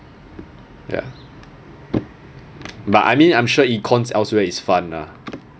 ya but I mean I'm sure econs elsewhere is fun lah